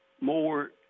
more